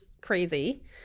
crazy